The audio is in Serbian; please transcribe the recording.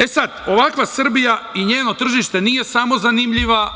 E sad, ovakva Srbija i njeno tržište nije samo zanimljiva